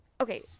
okay